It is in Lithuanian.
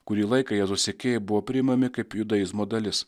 kurį laiką jėzaus sekėjai buvo priimami kaip judaizmo dalis